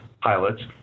pilots